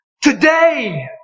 today